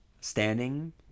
standing